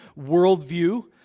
worldview